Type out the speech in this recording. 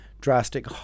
drastic